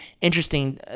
interesting